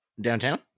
Downtown